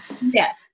Yes